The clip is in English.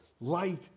light